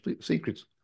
secrets